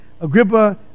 Agrippa